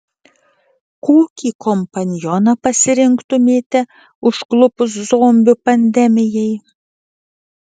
kokį kompanioną pasirinktumėte užklupus zombių pandemijai